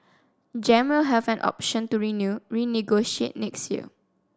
gem will have an option to renew renegotiate next year